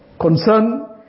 concern